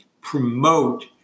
promote